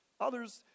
Others